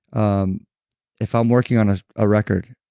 um if i'm working on a ah record,